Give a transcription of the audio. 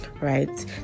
right